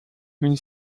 une